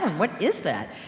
what is that?